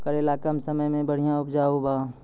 करेला कम समय मे बढ़िया उपजाई बा?